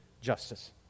justice